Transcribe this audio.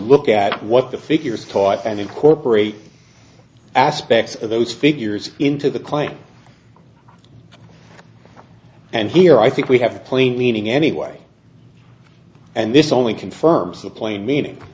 look at what the figures taught and incorporate aspects of those figures into the claim and here i think we have a plain meaning anyway and this only confirms the plain meaning